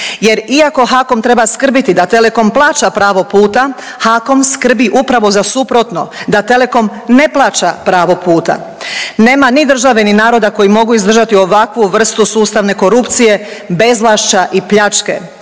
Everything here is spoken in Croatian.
jer iako HAKOM treba skrbiti da Telekom plaća pravo puta HAKOM skrbi upravo za suprotno, da Telekom ne plaća pravo puta. Nema ni države, ni naroda koji mogu izdržati ovakvu vrstu sustavne korupcije, bezvlašća i pljačke.